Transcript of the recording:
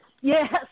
yes